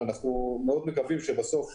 אנחנו מאוד מקווים שבסוף,